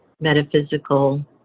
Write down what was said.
metaphysical